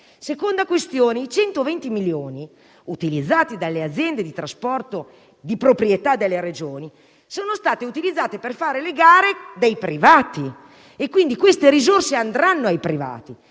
Seconda questione: i 120 milioni di euro alle aziende di trasporto di proprietà delle Regioni sono stati utilizzati per fare le gare dei privati; quindi, queste risorse andranno ai privati,